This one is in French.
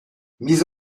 mis